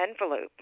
envelope